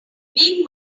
being